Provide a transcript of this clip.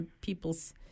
people's